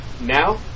Now